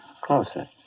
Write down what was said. Closer